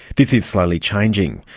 this is slowly changing.